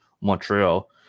Montreal